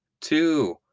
two